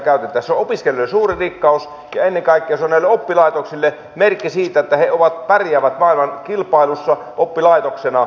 se on opiskelijoille suuri rikkaus ja ennen kaikkea se on näille oppilaitoksille merkki siitä että he pärjäävät maailman kilpailussa oppilaitoksena